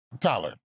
Tyler